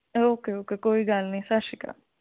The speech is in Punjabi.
ਓਕੇ ਓਕੇ ਕੋਈ ਗੱਲ ਨਹੀਂ ਸਤਿ ਸ਼੍ਰੀ ਅਕਾਲ